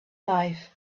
life